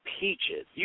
Peaches